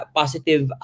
positive